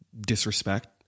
disrespect